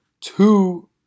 two